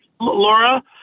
Laura